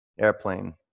Airplane